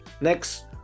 Next